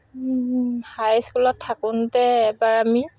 হাই স্কুলত থাকোঁতে এবাৰ আমি